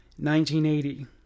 1980